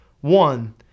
One